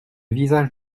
visage